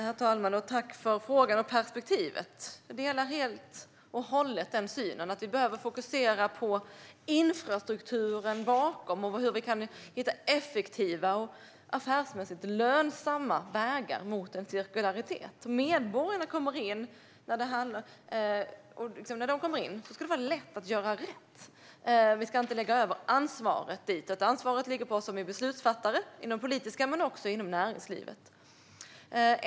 Herr talman! Tack för frågan och perspektivet, Sara Karlsson! Jag delar helt och hållet synen att vi behöver fokusera på infrastrukturen bakom och på hur vi kan hitta effektiva och affärsmässigt lönsamma vägar mot en cirkularitet. Det ska vara lätt att göra rätt för medborgarna. Vi ska inte lägga över ansvaret på dem, utan ansvaret ligger på oss beslutsfattare inom politiken men också inom näringslivet.